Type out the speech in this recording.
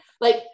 like-